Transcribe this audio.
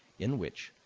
in which,